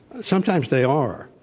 sometimes they are.